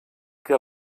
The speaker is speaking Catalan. que